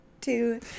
Two